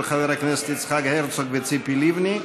של חברי הכנסת יצחק הרצוג וציפי לבני.